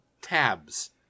tabs